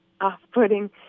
off-putting